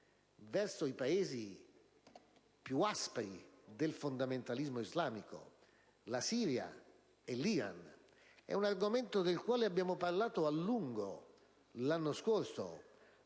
verso i Paesi del fondamentalismo islamico più aspro: la Siria e l'Iran. È un argomento del quale abbiamo parlato a lungo l'anno scorso,